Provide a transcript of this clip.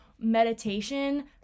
meditation